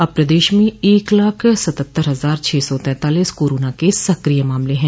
अब प्रदश म एक लाख सत्हत्तर हजार छः सौ तैतालिस कोरोना के सक्रिय मामले हैं